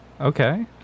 Okay